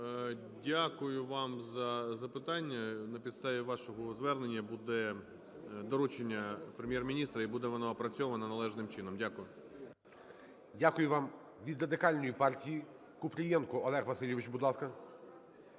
Дякую вам за запитання. На підставі вашого звернення буде доручення Прем'єр-міністра і буде воно опрацьовано належним чином. Дякую. ГОЛОВУЮЧИЙ. Дякую вам. Від Радикальної партії Купрієнко Олег Васильович, будь ласка.